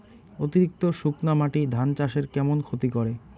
অতিরিক্ত শুকনা মাটি ধান চাষের কেমন ক্ষতি করে?